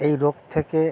এই রোগ থেকে